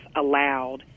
allowed